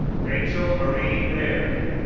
rachel marie baer,